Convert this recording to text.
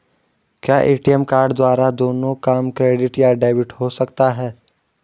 क्या ATM card द्वारा दोनों काम क्रेडिट या डेबिट हो सकता है?